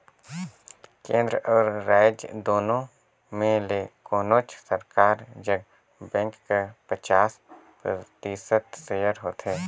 केन्द्र अउ राएज दुनो में ले कोनोच सरकार जग बेंक कर पचास परतिसत सेयर होथे